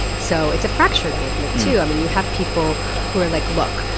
so it's a fractured movement, too. i mean, you have people who are like, look,